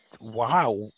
wow